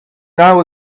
now